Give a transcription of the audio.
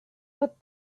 but